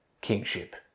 kingship